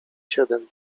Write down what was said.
siedem